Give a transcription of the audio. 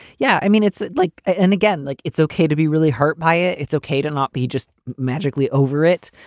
yeah. i mean, it's like. and again, like it's okay to be really hurt by it. it's okay to not be just magically over it.